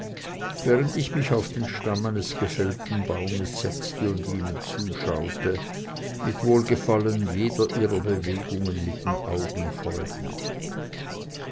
während ich mich auf den stamm eines gefällten baumes setzte und ihnen zuschaute mit wohlgefallen jeder ihrer bewegungen mit den augen folgend